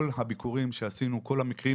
יש גוף אכיפה בתוך רשות ההגירה שפועל במקרים